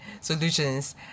solutions